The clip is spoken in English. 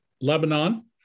Lebanon